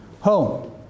home